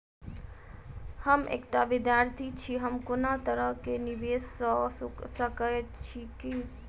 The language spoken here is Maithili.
हम एकटा विधार्थी छी, हम कोनो तरह कऽ निवेश कऽ सकय छी की?